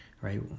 right